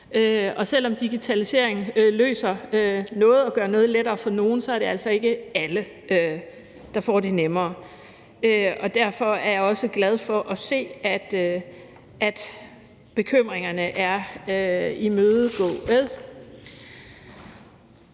Selv om digitalisering løser noget og gør noget lettere for nogle, er det altså ikke alle, der får det nemmere, og derfor er jeg også glad for at se, at bekymringerne er imødekommet.